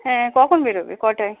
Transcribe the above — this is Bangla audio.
হ্যাঁ কখন বেরোবে কটায়